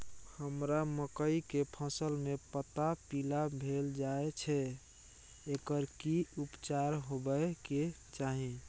हमरा मकई के फसल में पता पीला भेल जाय छै एकर की उपचार होबय के चाही?